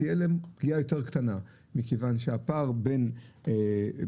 תהיה להם פגיעה יותר קטנה כיוון שהפער בין התחבורה